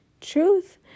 truth